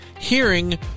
hearing